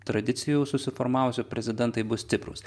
tradicijų susiformavusių prezidentai bus stiprūs